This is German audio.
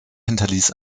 hinterließ